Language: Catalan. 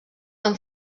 amb